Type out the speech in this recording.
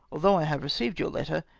although i have received your letter,